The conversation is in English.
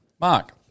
Mark